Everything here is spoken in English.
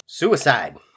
Suicide